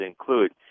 include